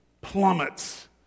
plummets